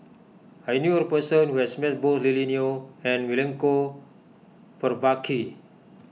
I knew a person who has met both Lily Neo and Milenko Prvacki